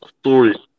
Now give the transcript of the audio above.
story